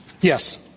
Yes